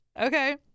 Okay